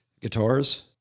guitars